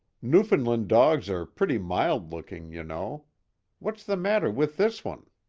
newfoundland dogs are pretty mild looking, you know what's the matter with this one?